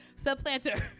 Subplanter